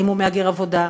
האם הוא מהגר עבודה?